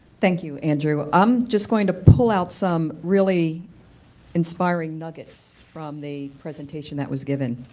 thank you, andrew. i'm just going to pull out some really inspiring nuggets from the presentation that was given.